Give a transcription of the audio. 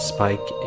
Spike